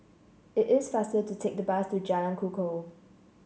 it is faster to take the bus to Jalan Kukoh